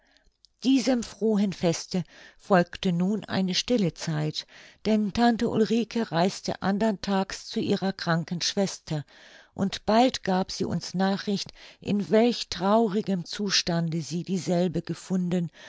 diesem frohen feste folgte nun eine stille zeit denn tante ulrike reiste andern tags zu ihrer kranken schwester und bald gab sie uns nachricht in welch traurigem zustande sie dieselbe gefunden